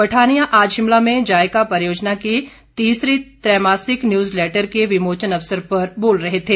पठानिया आज शिमला में जाईका परियोजना की तीसरे त्रैमासिक न्यूज लैटर के विमोचन अवसर पर बोल रहे थे